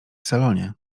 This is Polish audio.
salonie